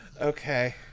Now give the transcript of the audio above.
Okay